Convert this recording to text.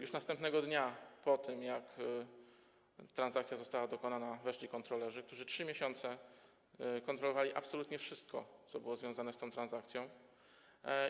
Już następnego dnia po tym, jak transakcja została dokonana, weszli kontrolerzy, którzy 3 miesiące kontrolowali absolutnie wszystko, co było związane z tą transakcją,